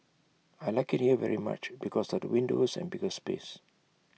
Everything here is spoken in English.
I Like IT here very much because of the windows and bigger space